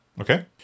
Okay